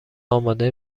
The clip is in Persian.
آماده